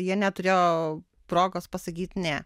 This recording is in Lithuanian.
jie neturėjo progos pasakyt ne